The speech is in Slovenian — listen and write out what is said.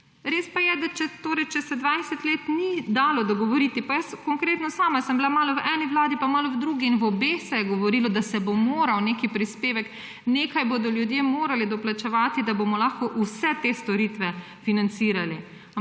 Res pa je, da če se 20 let ni dalo dogovoriti, pa jaz konkretno sama sem bila malo v eni vladi pa malo v drugi in v obeh se je govorilo, da nekaj bodo ljudje morali doplačevati, da bomo lahko vse te storitve financirali.